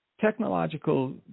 technological